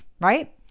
Right